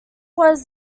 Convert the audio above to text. was